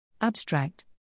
Abstract